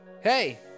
Hey